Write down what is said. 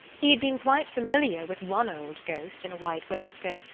he had been quite familiar with one old ghost, in a white waistcoat,